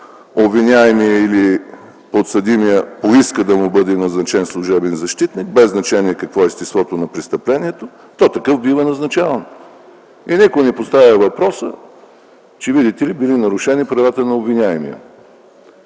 обвиняемият или подсъдимият поиска да му бъде назначен служебен защитник, без значение какво е естеството на престъплението, такъв бива назначаван и никой не поставя въпроса, че били нарушени правата на обвиняемия.